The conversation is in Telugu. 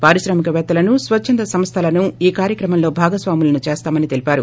పారిశ్రామికపేత్తలను స్వచ్చంద సంస్టలను ఈ కార్యక్రమంలో భాగస్వాములను చేస్తామని తెలిపారు